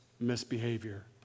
misbehavior